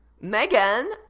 Megan